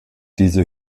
diese